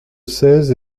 seize